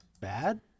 bad